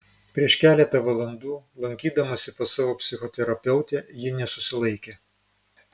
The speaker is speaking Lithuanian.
prieš keletą valandų lankydamasi pas savo psichoterapeutę ji nesusilaikė